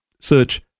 Search